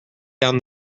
down